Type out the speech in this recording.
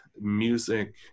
music